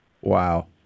Wow